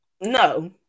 no